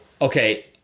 okay